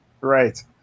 Right